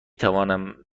توانیم